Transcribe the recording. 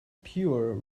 pure